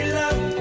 love